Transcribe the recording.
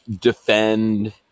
defend